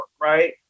right